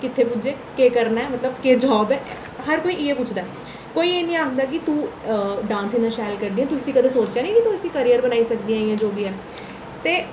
कुत्थै पुज्जे केह् करना ऐ मतलब केह् जॉब ऐ हर कोई इ'यै पुछदा ऐ कोई एह् निं आखदा कि तू डांस इन्ना शैल करनी ऐ तू इसी कदें सोचेआ ऩिं कि तू इसी करियर बनाई सकदी ऐं जो बी ऐ ते